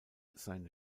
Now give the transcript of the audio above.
seine